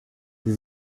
sie